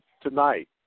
tonight